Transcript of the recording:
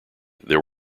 there